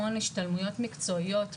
המון השתלמויות מקצועיות,